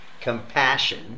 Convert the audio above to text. compassion